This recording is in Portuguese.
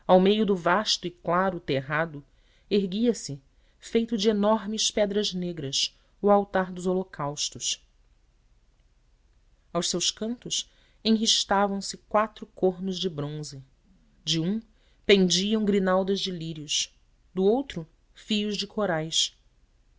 meio do vasto e claro terrado erguia-se feito de enormes pedras negras o altar dos holocaustos aos seus cantos enristavam se quatro cornos de bronze de um pendiam grinaldas de lírios de outros fios de corais